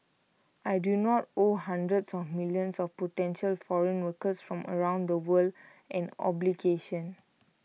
I do not owe hundreds of millions of potential foreign workers from around the world an obligation